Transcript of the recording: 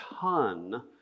ton